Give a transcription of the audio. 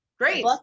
Great